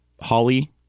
holly